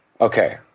Okay